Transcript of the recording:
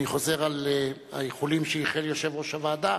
אני חוזר על האיחולים שאיחל יושב-ראש הוועדה,